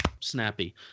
snappy